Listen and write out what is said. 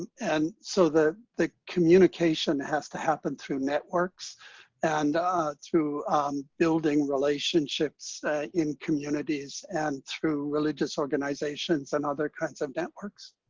and and so the the communication has to happen through networks and through building relationships in communities and through religious organizations and other kinds of networks.